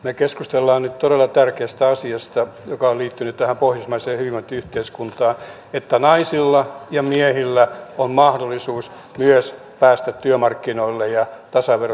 me keskustelemme nyt todella tärkeästä asiasta joka on liittynyt tähän pohjoismaiseen hyvinvointiyhteiskuntaan että naisilla ja miehillä on myös mahdollisuus päästä työmarkkinoille ja tasaveroisesti yhteiskuntaan